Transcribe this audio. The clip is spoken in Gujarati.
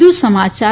વધુ સમાચાર